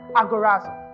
agorazo